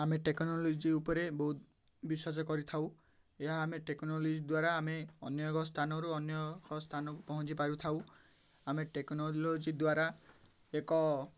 ଆମେ ଟେକ୍ନୋଲୋଜି ଉପରେ ବହୁତ ବିଶ୍ୱାସ କରିଥାଉ ଏହା ଆମେ ଟେକ୍ନୋଲୋଜି ଦ୍ୱାରା ଆମେ ଅନ୍ୟ ଏକ ସ୍ଥାନରୁ ଅନ୍ୟ ସ୍ଥାନ ପହଞ୍ଚି ପାରିଥାଉ ଆମେ ଟେକ୍ନୋଲୋଜି ଦ୍ୱାରା ଏକ